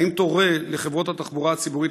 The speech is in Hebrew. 1. האם תורה לחברות התחבורה הציבורית